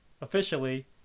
officially